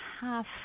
half